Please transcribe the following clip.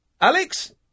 Alex